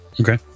Okay